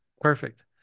Perfect